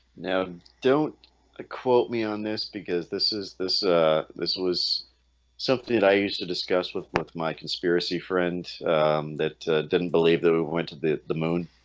now don't ah quote me on this because this is this this was something i used to discuss with with my conspiracy friend that didn't believe that we went to the the moon